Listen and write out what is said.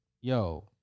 Yo